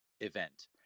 event